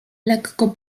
lekko